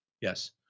yes